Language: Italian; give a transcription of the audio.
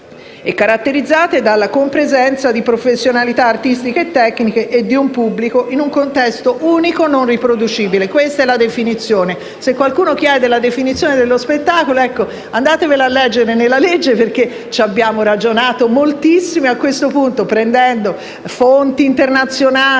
e caratterizzate della compresenza di professionalità artistiche e tecniche e di un pubblico in un contesto unico non riproducibile. Questa è la definizione. Se qualcuno chiede la definizione di spettacolo, andate a leggere quella contenuta nella legge perché vi abbiamo ragionato moltissimo prendendo spunto da fonti internazionali